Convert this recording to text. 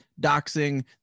doxing